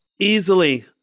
easily